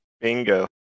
bingo